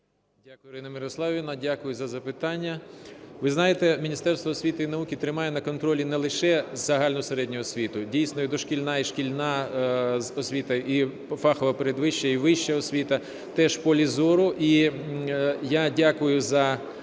Дякую, Ірина Мирославівна. Дякую за запитання. Ви знаєте, Міністерство освіти і науки тримає на контролі не лише загальну середню освіту. Дійсно, і дошкільна, і шкільна освіта, і фахова передвища, і вища освіта теж в полі зору.